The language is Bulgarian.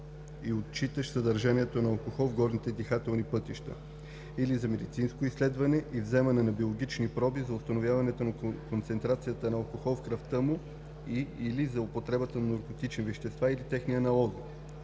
и отчитащ съдържанието на алкохол в горните дихателни пътища, или за медицинско изследване и вземане на биологични проби за установяване на концентрацията на алкохол в кръвта му и/или за употребата на наркотични вещества или техни аналози;